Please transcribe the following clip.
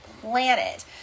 planet